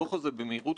הבנה,